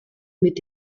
mit